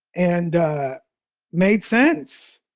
and made sense.